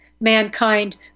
mankind